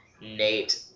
Nate